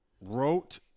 wrote